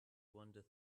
wander